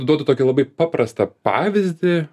duodu tokį labai paprastą pavyzdį